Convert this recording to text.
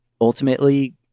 ultimately